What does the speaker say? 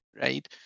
right